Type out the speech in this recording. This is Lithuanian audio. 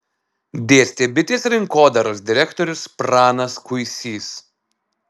dėstė bitės rinkodaros direktorius pranas kuisys